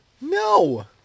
No